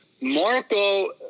Marco